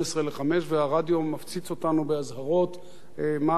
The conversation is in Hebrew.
והרדיו מפציץ אותנו באזהרות מה לא להפעיל,